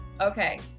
okay